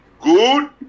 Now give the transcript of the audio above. good